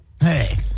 hey